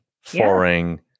foreign